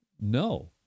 no